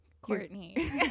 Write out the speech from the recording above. Courtney